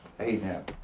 Amen